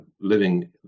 living